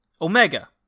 Omega